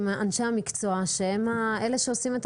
האם המקצוע הזה צריך להיות מקצוע אקדמי בעתיד,